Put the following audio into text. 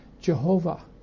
Jehovah